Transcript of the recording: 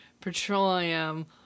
petroleum